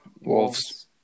Wolves